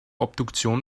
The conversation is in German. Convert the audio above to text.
obduktion